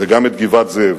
וגם את גבעת-זאב".